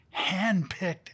handpicked